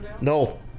No